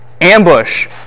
ambush